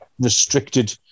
restricted